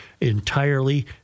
entirely